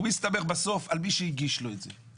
הוא מסתמך בסוף על מי שהגיש לו את זה.